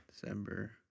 December